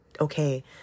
okay